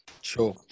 Sure